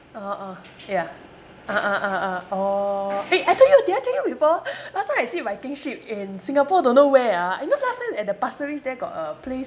orh orh ya ah ah ah ah orh eh I told you did I told you before last time I sit viking ship in Singapore don't know where ah you know last time at the pasir ris there got a place